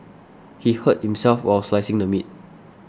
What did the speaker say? he hurt himself while slicing the meat